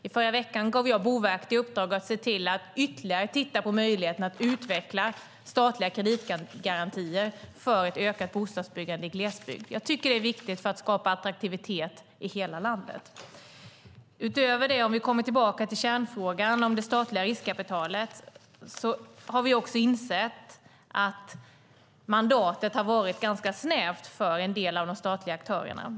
I förra veckan gav jag Boverket i uppdrag att se till att ytterligare titta på möjligheten att utveckla statliga kreditgarantier för ett ökat bostadsbyggande i glesbygd. Jag tycker att det är viktigt för att skapa attraktivitet i hela landet. Utöver det - om vi kommer tillbaka till kärnfrågan om det statliga riskkapitalet - har vi insett att mandatet har varit ganska snävt för en del av de statliga aktörerna.